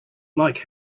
like